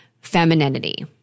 femininity